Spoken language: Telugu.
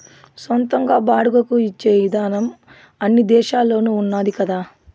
సొంతంగా బాడుగకు ఇచ్చే ఇదానం అన్ని దేశాల్లోనూ ఉన్నాది కదా